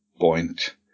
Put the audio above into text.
point